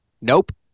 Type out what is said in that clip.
Nope